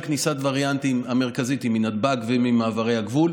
כניסת וריאנטים היא מנתב"ג וממעברי הגבול.